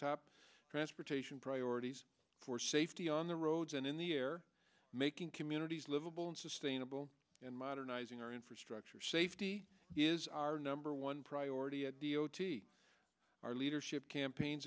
top transportation priorities for safety on the roads and in the air making communities livable and sustainable and modernizing our infrastructure safety is our number one priority at d o t our leadership campaigns